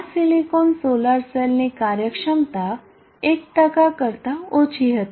આ silicon solar સેલની કાર્યક્ષમતા 1 કરતા ઓછી હતી